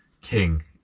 king